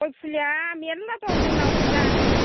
गय फुलिया मेरला दं जोंनाव बुर्जानो